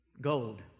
gold